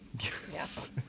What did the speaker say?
Yes